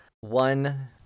one